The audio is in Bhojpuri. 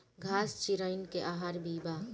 घास चिरईन के आहार भी बा